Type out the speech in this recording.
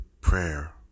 prayer